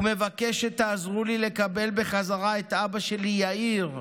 ומבקש שתעזרו לי לקבל בחזרה את אבא שלי יאיר,